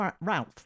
Ralph